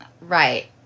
Right